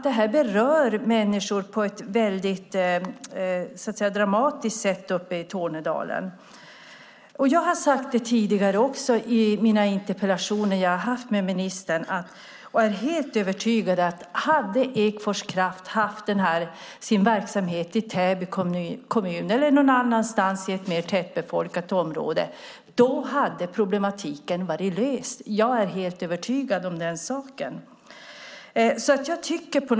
Det här berör på ett dramatiskt sätt människor i Tornedalen. Jag har i mina tidigare interpellationer till ministern tagit upp att jag är helt övertygad om att om Ekfors Kraft hade haft sin verksamhet i Täby kommun, eller någon annanstans i ett mer tätbefolkat område, hade problemet varit löst. Jag är helt övertygad om den saken.